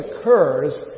occurs